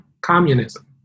communism